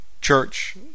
church